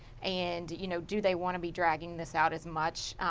and you know, do they want to be dragging this out as much?